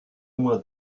mois